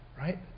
right